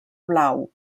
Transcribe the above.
blau